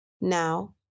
Now